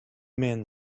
men